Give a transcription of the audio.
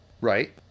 right